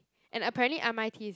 and apparently r_m_i_t is